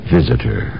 Visitor